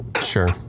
sure